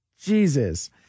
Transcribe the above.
Jesus